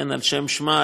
על שם שמה,